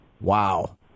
Wow